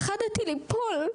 פחדתי ליפול.